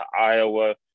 Iowa